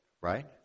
right